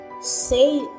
say